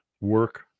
work